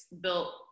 built